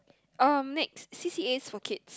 um next C_C_As for kids